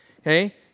Okay